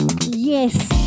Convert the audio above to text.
Yes